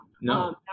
no